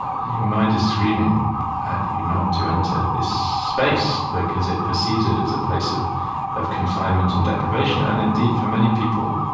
your mind is screaming at you not to enter this space, because it perceives it as a place of of confinement and deprivation. and indeed, for many people,